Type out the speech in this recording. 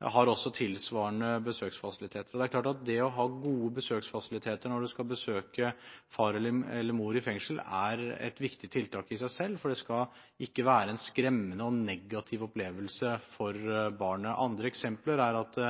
har også tilsvarende besøksfasiliteter. Det er klart at det å ha gode besøksfasiliteter når man skal besøke far eller mor i fengsel, er et viktig tiltak i seg selv, for det skal ikke være en skremmende og negativ opplevelse for barnet. Andre eksempler er at